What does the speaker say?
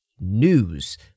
News